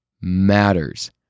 matters